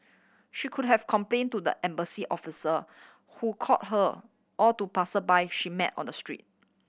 she could have complain to the embassy officer who call her or to passersby she met on the street